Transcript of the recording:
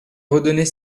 redonner